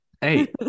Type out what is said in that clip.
Hey